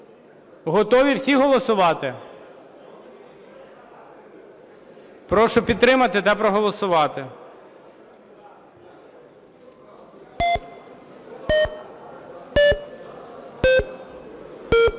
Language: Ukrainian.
Готові всі голосувати? Прошу підтримати та проголосувати.